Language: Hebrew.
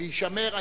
ויישמרו.